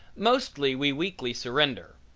mostly we weakly surrender.